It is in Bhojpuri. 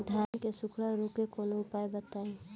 धान के सुखड़ा रोग के कौनोउपाय बताई?